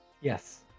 Yes